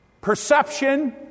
perception